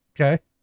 Okay